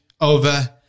over